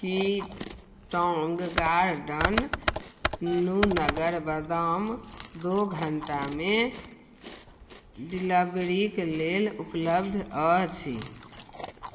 की Tong Garden नूनगर बदाम दू घंटा मे डिलीवरीके लेल उपलब्ध अछि